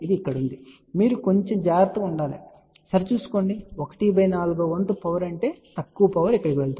ఇప్పుడు మీరు ఇక్కడ కొంచెం జాగ్రత్తగా ఉండాలి సరి చూసుకోండి ¼ వ వంతు పవర్ అంటే తక్కువ పవర్ ఇక్కడకు వెళుతుంది